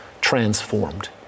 transformed